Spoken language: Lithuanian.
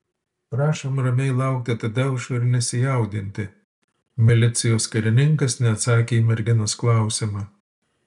prašom ramiai laukti tadeušo ir nesijaudinti milicijos karininkas neatsakė į merginos klausimą